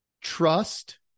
Trust